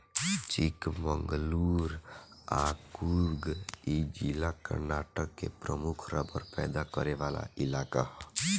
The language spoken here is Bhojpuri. चिकमंगलूर आ कुर्ग इ जिला कर्नाटक के प्रमुख रबड़ पैदा करे वाला इलाका ह